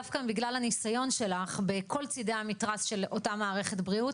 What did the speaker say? דווקא בגלל הניסיון שלך בכל צדי המתרס של אותה מערכת בריאות,